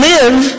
Live